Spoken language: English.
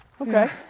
Okay